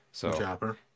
Chopper